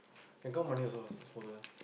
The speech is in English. take out money also is this folder